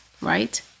right